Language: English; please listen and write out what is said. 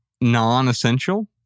non-essential